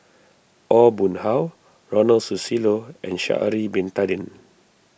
Aw Boon Haw Ronald Susilo and Sha'ari Bin Tadin